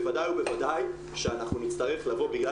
בוודאי ובוודאי שאנחנו נצטרך לבוא בגלל